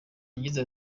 yagize